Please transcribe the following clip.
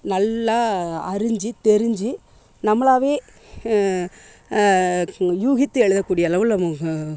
நல்லா அறிஞ்சு தெரிஞ்சு நம்மளாகவே யூகித்து எழுதக் கூடிய அளவில்